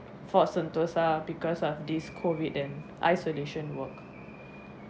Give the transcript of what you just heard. for sentosa because of this COVID and isolation work